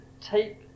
take